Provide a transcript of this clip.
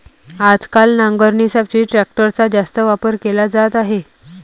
आजकाल नांगरणीसाठी ट्रॅक्टरचा जास्त वापर केला जात आहे